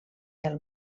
del